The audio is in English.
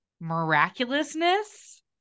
miraculousness